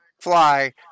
fly